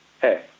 Hey